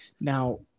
Now